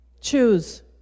Choose